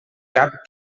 cap